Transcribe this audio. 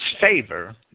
favor